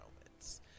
moments